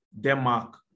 Denmark